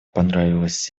понравилась